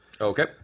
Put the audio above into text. Okay